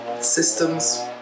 systems